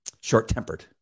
short-tempered